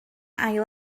ail